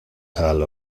hall